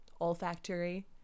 olfactory